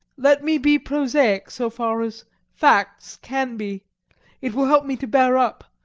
let me be prosaic so far as facts can be it will help me to bear up,